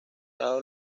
lado